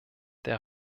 der